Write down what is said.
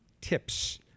tips